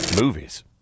Movies